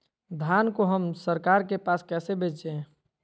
धान को हम सरकार के पास कैसे बेंचे?